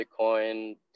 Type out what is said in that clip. Bitcoin